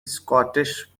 scottish